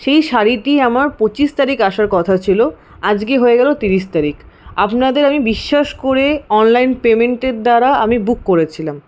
সেই শাড়িটি আমার পঁচিশ তারিখ আসার কথা ছিল আজকে হয়ে গেলো তিরিশ তারিখ আপনাদের আমি বিশ্বাস করে অনলাইন পেমেন্টের দ্বারা আমি বুক করেছিলাম